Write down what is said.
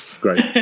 great